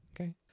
Okay